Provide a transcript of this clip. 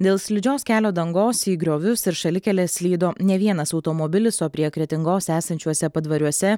dėl slidžios kelio dangos į griovius ir šalikeles slydo ne vienas automobilis o prie kretingos esančiuose padvariuose